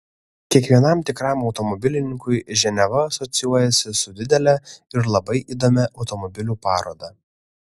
kiekvienam tikram automobilininkui ženeva asocijuojasi su didele ir labai įdomia automobilių paroda